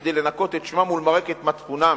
כדי לנקות את שמם ולמרק את מצפונם.